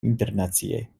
internacie